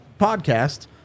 podcast